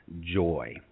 JOY